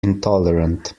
intolerant